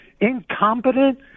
incompetent